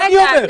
מה אני אומר?